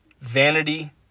vanity